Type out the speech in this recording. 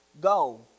go